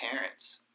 parents